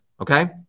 Okay